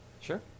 Sure